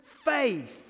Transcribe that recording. faith